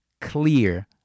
clear